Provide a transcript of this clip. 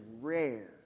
rare